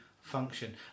function